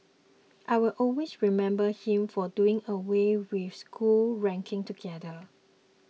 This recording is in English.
I will always remember him for doing away with school ranking together